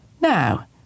Now